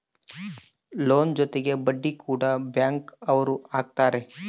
loan ಜೊತೆಗೆ ಬಡ್ಡಿ ಕೂಡ ಬ್ಯಾಂಕ್ ಅವ್ರು ಹಾಕ್ತಾರೆ